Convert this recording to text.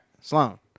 Sloan